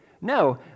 No